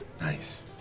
Nice